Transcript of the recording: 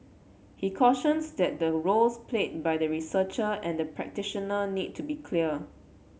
he cautions that the roles played by the researcher and the practitioner need to be clear